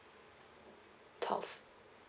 twelve